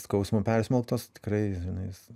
skausmo persmelktos tikrai žinai jis